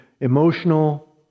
emotional